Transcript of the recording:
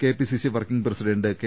KPCC working president K